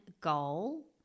goal